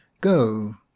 Go